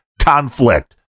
conflict